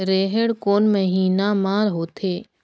रेहेण कोन महीना म होथे?